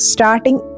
Starting